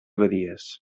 badies